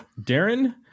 Darren